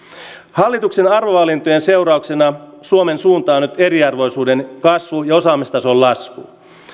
hallituksen arvovalintojen seurauksena suomen suuntana on nyt eriarvoisuuden kasvu ja osaamistason lasku